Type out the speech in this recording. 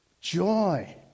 joy